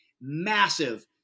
massive